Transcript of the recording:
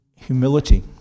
humility